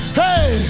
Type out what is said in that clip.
hey